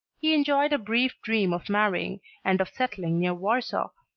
he enjoyed a brief dream of marrying and of settling near warsaw,